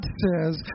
says